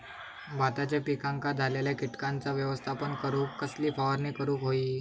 भाताच्या पिकांक झालेल्या किटकांचा व्यवस्थापन करूक कसली फवारणी करूक होई?